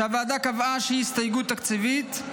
שהוועדה קבעה שהיא הסתייגות תקציבית.